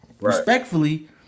Respectfully